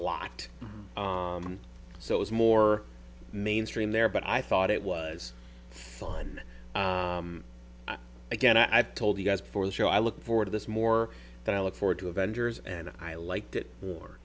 lot so it was more mainstream there but i thought it was fun again i've told you guys before the show i look forward to this more than i look forward to avengers and i liked it for